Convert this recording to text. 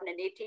2018